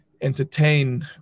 entertain